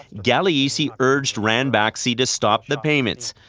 gagliese urged ranbaxy to stop the payments.